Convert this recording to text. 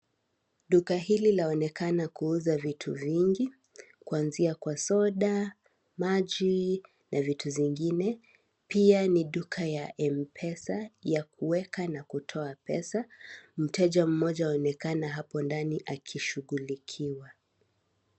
Duka hili laonekana kuuza vitu vingi kwanzia kwa soda, maji na vitu zingine, pia ni duka ya (cs)M-pesa(cs) ya kuweka na kutoa pesa, mteja mmoja aonekana hapo ndani akishughulikiwa.